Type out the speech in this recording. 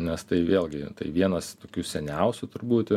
nes tai vėlgi tai vienas tokių seniausių turbūt